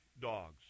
dogs